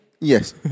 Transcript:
Yes